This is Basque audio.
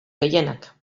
gehienak